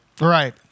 Right